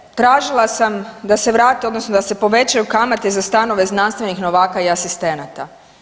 Dakle, tražila sam da se vrate, odnosno da se povećaju kamate za stanove znanstvenih novaka i asistenata.